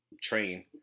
train